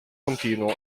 continuo